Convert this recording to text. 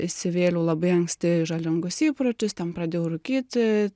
įsivėliau labai anksti į žalingus įpročius ten pradėjau rūkyti